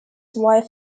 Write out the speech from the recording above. wife